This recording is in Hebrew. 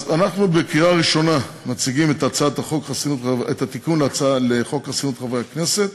אז אנחנו מציגים לקריאה ראשונה את התיקון לחוק חסינות חברי הכנסת